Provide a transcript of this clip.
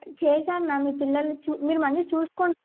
చేశాను మ్యామ్ మీ పిల్లలు చూ మీరు మళ్ళీ చూసుకోం